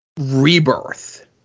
Rebirth